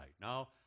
Now